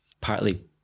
partly